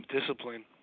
Discipline